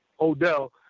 Odell